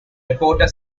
reporter